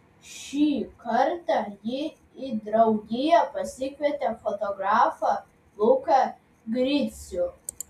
šį kartą ji į draugiją pasikvietė fotografą luką gricių